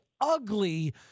ugly